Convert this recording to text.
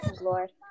Lord